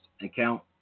account